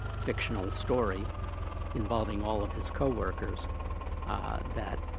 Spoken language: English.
fictional story involving all of his co-workers that